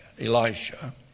Elisha